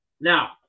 Now